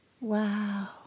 Wow